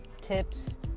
tips